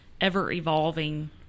ever-evolving